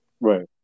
Right